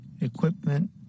equipment